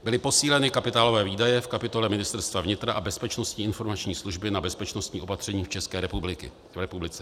Byly posíleny kapitálové výdaje v kapitole Ministerstva vnitra a Bezpečnostní informační služby na bezpečnostní opatření v České republice.